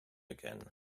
again